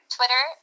Twitter